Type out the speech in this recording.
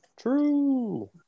True